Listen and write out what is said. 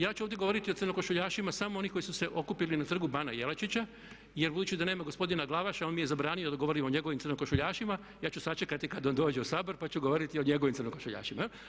Ja ću ovdje govoriti o crnokošuljašima samo onim koji su se okupili na trgu bana Jelačića jer budući da nema gospodina Glavaša on mi je zabranio da govorim o njegovim crnokošuljašima ja ću sačekati kad on dođe u Sabor pa ću govoriti o njegovim crnokošuljašima jel'